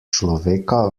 človeka